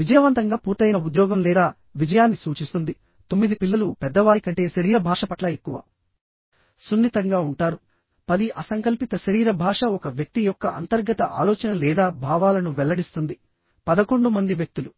విజయవంతంగా పూర్తయిన ఉద్యోగం లేదా విజయాన్ని సూచిస్తుంది 9 పిల్లలు పెద్దవారి కంటే శరీర భాష పట్ల ఎక్కువ సున్నితంగా ఉంటారు10 అసంకల్పిత శరీర భాష ఒక వ్యక్తి యొక్క అంతర్గత ఆలోచన లేదా భావాలను వెల్లడిస్తుంది 11 మంది వ్యక్తులు